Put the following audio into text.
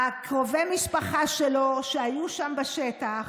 קרובי המשפחה שלו שהיו שם בשטח,